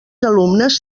alumnes